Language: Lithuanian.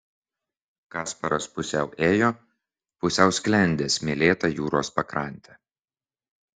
kasparas pusiau ėjo pusiau sklendė smėlėta jūros pakrante